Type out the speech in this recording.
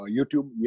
YouTube